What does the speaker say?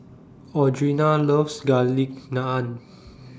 Audrina loves Garlic Naan